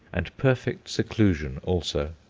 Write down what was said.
and perfect seclusion also.